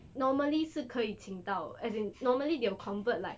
normally 是可以请到 as in normally they will convert like